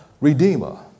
Redeemer